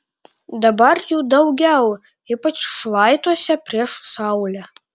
dabar jų daugiau ypač šlaituose prieš saulę